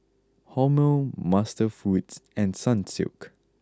Hormel MasterFoods and Sunsilk